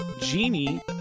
Genie